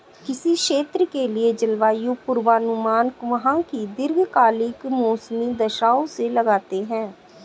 किसी क्षेत्र के लिए जलवायु पूर्वानुमान वहां की दीर्घकालिक मौसमी दशाओं से लगाते हैं